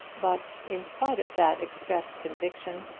but, in spite of that expressed conviction,